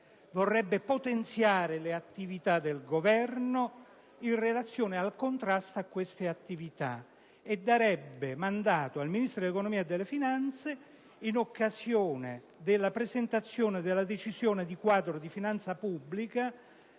Intenderebbe potenziare l'attività del Governo in relazione al contrasto a tali attività e darebbe mandato al Ministro dell'economia e delle finanze, in occasione della presentazione della Decisione quadro di finanza pubblica,